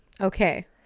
Okay